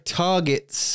targets